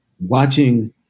watching